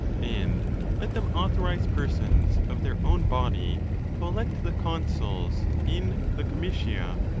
and let them authorize persons of their own body to elect the consuls in the comitia,